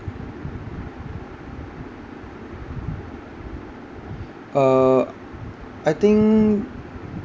uh I think